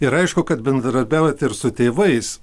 ir aišku kad bendradarbiaujat ir su tėvais